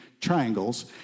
triangles